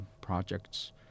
projects